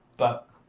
but